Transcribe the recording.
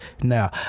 Now